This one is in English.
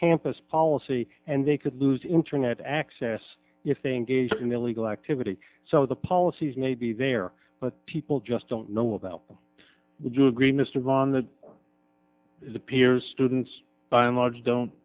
campus policy and they could lose internet access you think is in the illegal activity so the policies may be there but people just don't know about them would you agree mr vaughan that is appears students by and large don't